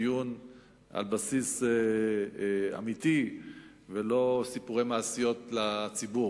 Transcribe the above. בסיס אמיתי ולא סיפורי מעשיות לציבור.